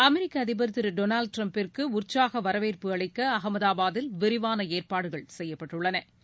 அமெரிக்க அதிபர் திரு டொனால்ட் ட்ரம்பிற்கு உற்சாக வரவேற்பு அளிக்க அம்தாபாத்தில் விரிவான ஏற்பாடுகள் செய்யப்பட்டுள்னன